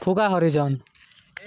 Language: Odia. ଫୁକା ହରିଜନ୍